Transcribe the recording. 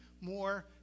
more